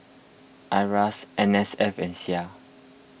Iras N S F and Sia